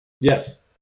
Yes